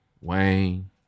Wayne